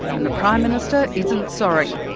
and the prime minister isn't sorry.